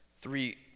three